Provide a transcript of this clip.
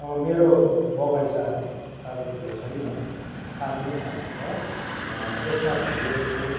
मेरो बगैँचा साह्रो ठुलो छैन सानो नै सानो छ यसमा फुलेको